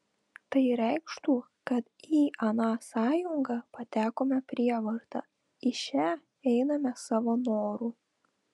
tai reikštų kad į aną sąjungą patekome prievarta į šią einame savo noru